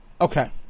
okay